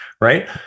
Right